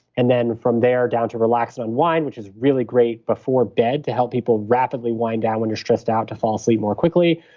and then from there down to relax and unwind, which is really great before bed to help people rapidly wind down when you're stressed out to fall asleep more quickly,